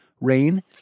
rain